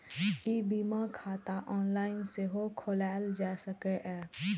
ई बीमा खाता ऑनलाइन सेहो खोलाएल जा सकैए